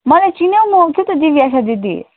मलाई चिन्यौँ म के हो त दिव्यासा दिदी